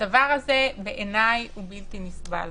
הדבר הזה הוא בלתי נסבל,